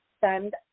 send